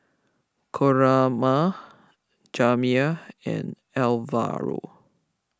Coraima Jamir and Alvaro